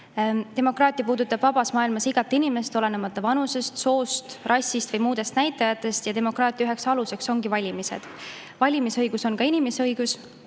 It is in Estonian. Demokraatia puudutab vabas maailmas iga inimest, olenemata vanusest, soost, rassist või muudest näitajatest, ja demokraatia üheks aluseks ongi valimised. Valimisõigus on inimõigus,